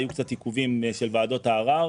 היו קצת עיכובים של ועדות הערר,